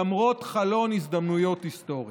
למרות חלון הזדמנויות היסטורי.